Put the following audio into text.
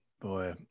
boy